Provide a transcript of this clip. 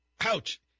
Ouch